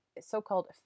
so-called